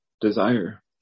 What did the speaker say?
desire